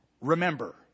remember